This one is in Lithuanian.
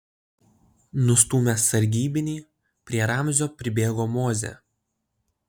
nustūmęs sargybinį prie ramzio pribėgo mozė